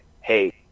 hey